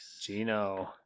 Gino